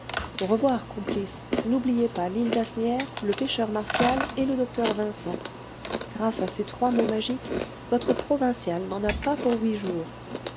au revoir complice n'oubliez pas l'île d'asnières le pêcheur martial et le docteur vincent grâce à ces trois mots magiques votre provinciale n'en a pas pour huit jours